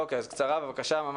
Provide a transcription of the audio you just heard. בבקשה.